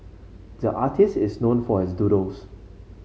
the artist is known for his doodles